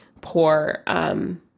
poor